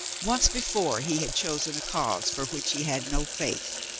once before he had chosen a cause for which he had no faith.